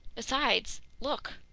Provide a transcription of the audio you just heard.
besides. look,